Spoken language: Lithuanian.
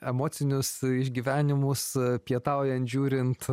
emocinius išgyvenimus pietaujant žiūrint